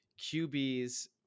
QBs